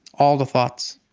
all the thoughts,